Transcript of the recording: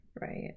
right